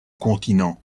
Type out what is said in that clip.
continent